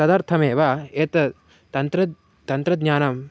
तदर्थमेव एतद् तन्त्र तन्त्रज्ञानम्